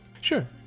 sure